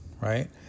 right